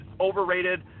overrated